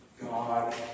God